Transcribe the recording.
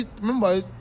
remember